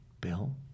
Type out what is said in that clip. Bill